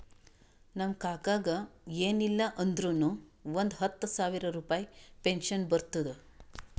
ನಮ್ ಕಾಕಾಗ ಎನ್ ಇಲ್ಲ ಅಂದುರ್ನು ಒಂದ್ ಹತ್ತ ಸಾವಿರ ರುಪಾಯಿ ಪೆನ್ಷನ್ ಬರ್ತುದ್